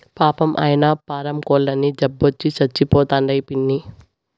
పాపం, ఆయన్న పారం కోల్లన్నీ జబ్బొచ్చి సచ్చిపోతండాయి పిన్నీ